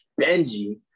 Benji